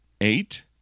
Eight